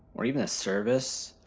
or even a service,